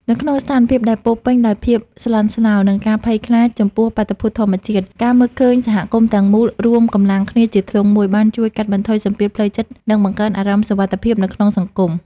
នៅក្នុងស្ថានភាពដែលពោរពេញដោយភាពស្លន់ស្លោ និងការភ័យខ្លាចចំពោះបាតុភូតធម្មជាតិ ការមើលឃើញសហគមន៍ទាំងមូលរួមកម្លាំងគ្នាជាធ្លុងមួយ បានជួយកាត់បន្ថយសម្ពាធផ្លូវចិត្ត និងបង្កើនអារម្មណ៍សុវត្ថិភាពនៅក្នុងសង្គម។